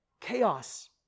Chaos